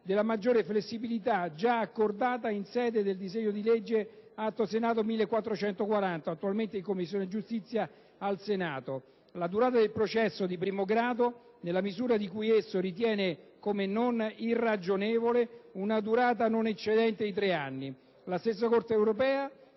della maggiore flessibilità già accordata nel disegno di legge n. 1440, in corso di esame in Commissione giustizia del Senato, alla durata del processo di primo grado, nella misura in cui esso ritiene come non irragionevole una durata non eccedente i tre anni. La stessa Corte europea,